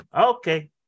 okay